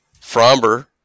Fromber